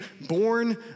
born